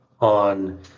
on